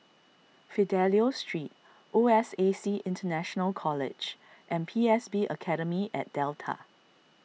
Fidelio Street O S A C International College and P S B Academy at Delta